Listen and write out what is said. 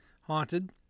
haunted